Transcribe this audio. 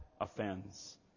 offends